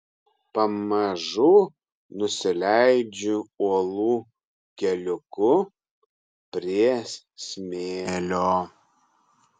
pamažu nusileidžiu uolų keliuku prie smėlio